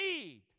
need